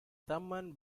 taman